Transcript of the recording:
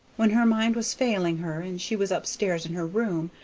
when her mind was failing her, and she was up stairs in her room,